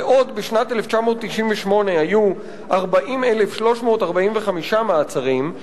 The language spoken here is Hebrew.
בעוד בשנת 1998 היו 40,345 מעצרים,